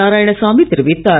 நாராயணசாமி தெரிவித்தார்